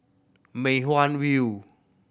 Mei Hwan View